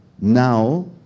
now